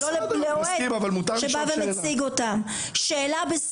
ולא לאוהד שבא ומציג אותם.